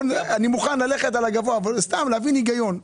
אני מוכן ללכת על הגבוה אבל סתם להבין היגיון,